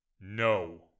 No